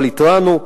אבל התרענו.